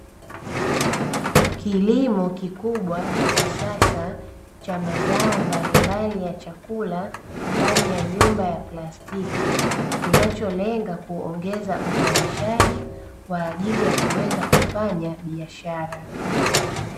Kilimo kikubwa cha kisasa cha mazao mbalimbali ya chakula ndani ya nyumba ya plastiki, inacholenga kuongeza uzalishaji kwa ajili ya kuweza kufanya biashara.